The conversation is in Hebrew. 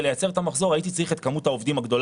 לייצר את המחזור הייתי צריך את מספר העובדים הגדול